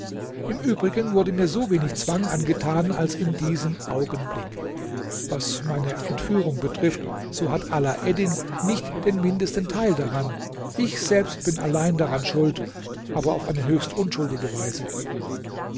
im übrigen wurde mir so wenig zwang angetan als in diesem augenblick was meine entführung betrifft so hat alaeddin nicht den mindesten teil daran ich selbst bin allein daran schuld aber auf eine höchst unschuldige weise